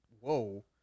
Whoa